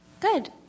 Good